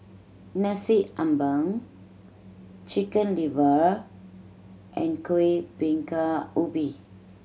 Nasi Ambeng Chicken Liver and Kuih Bingka Ubi